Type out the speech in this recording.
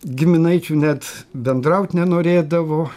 giminaičių net bendraut nenorėdavo